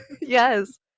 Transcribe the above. Yes